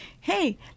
hey